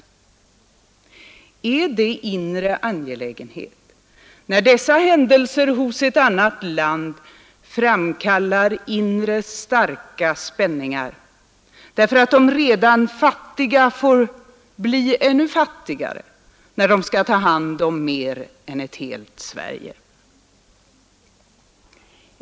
Är det inre angelägenhet, när dessa händelser hos ett annat land framkallar inre starka spänningar, därför att de redan fattiga får bli ännu fattigare, när de skall ta hand om mer än ett helt Sverige?